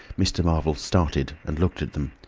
mr. marvel started and looked at them.